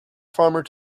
farmer